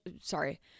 Sorry